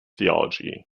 theology